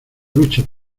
luches